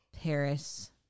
Paris